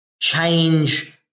change